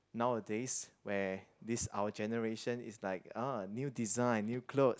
nowadays where this our generation is like new design new clothes